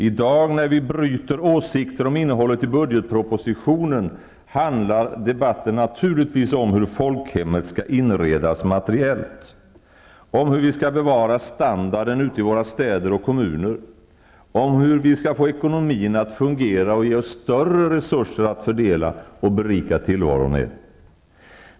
I dag när vi byter åsikter om innehållet i budgetpropositionen handlar debatten naturligtvis om hur folkhemmet skall inredas materiellt, hur vi skall bevara standarden ute i våra städer och kommuner, hur vi skall få ekonomin att fungera och ge oss större resurser att fördela och berika tillvaron med.